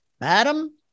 Madam